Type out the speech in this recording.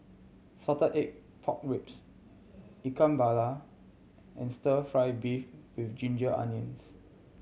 salted egg pork ribs Ikan Bakar and Stir Fry beef with ginger onions